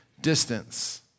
distance